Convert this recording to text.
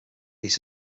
these